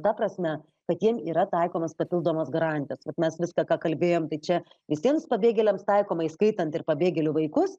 ta prasme kad jiem yra taikomos papildomos garantijos vat mes viską ką kalbėjom tai čia visiems pabėgėliams taikoma įskaitant ir pabėgėlių vaikus